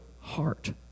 heart